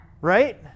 Right